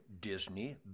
Disney